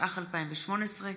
התשע"ח 2018,